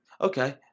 Okay